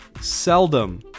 seldom